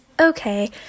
Okay